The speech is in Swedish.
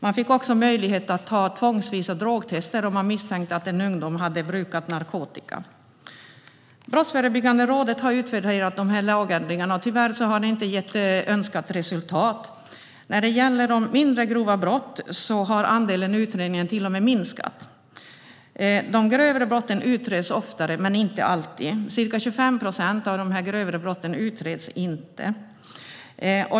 Man fick också möjlighet att göra tvångsvisa drogtester om man misstänkte att en ungdom hade brukat narkotika. Brottsförebyggande rådet har utvärderat lagändringarna, och tyvärr har de inte gett önskat resultat. När det gäller mindre grova brott har andelen utredningar till och med minskat. De grövre brotten utreds oftare, men inte alltid; ca 25 procent av de grövre brotten utreds inte.